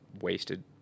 wasted